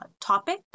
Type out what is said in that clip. topic